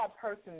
person